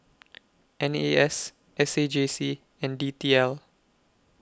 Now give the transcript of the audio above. N A S S A J C and D T L